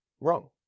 Wrong